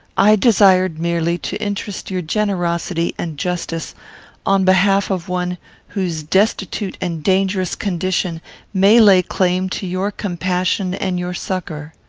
i desired merely to interest your generosity and justice on behalf of one whose destitute and dangerous condition may lay claim to your compassion and your succour.